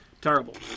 Terrible